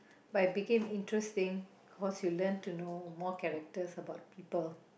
but it became interesting cause you learn to know more characters about people